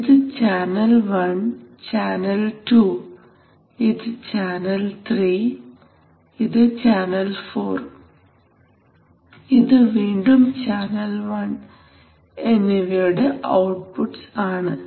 ഇത് ചാനൽ 1 ഇത് ചാനൽ 2 ഇത് ചാനൽ 3 ഇത് ചാനൽ 4 ഇത് വീണ്ടും ചാനൽ 1 എന്നിവയുടെ ഔട്ട്പുട്ട്സ് ആണ്